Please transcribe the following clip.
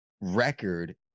record